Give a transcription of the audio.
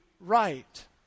right